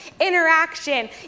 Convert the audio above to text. Interaction